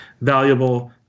valuable